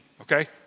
okay